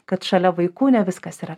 kad šalia vaikų ne viskas yra